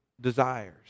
desires